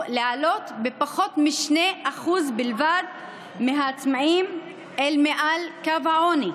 להעלות פחות מ-2% בלבד מהעצמאים אל מעל קו העוני.